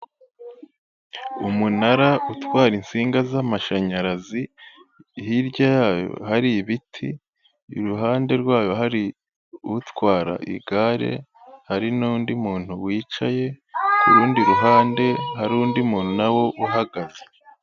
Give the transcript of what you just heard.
Umunara utwara insinga z'amashanyarazi hirya yaho hari ibiti iruhande rwayo hari utwara igare hari n'undi muntu wicaye ku rundi ruhande hari undi muntu na we uhagaze.